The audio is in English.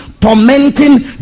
tormenting